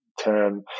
term